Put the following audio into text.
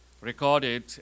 recorded